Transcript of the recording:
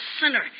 sinner